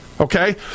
Okay